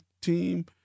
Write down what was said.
team